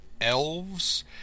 elves